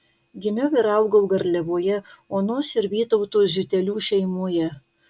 gimiau ir augau garliavoje onos ir vytauto ziutelių šeimoje